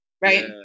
right